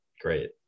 Great